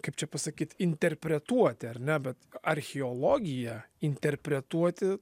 kaip čia pasakyt interpretuoti ar ne bet archeologiją interpretuoti